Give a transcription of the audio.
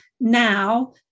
now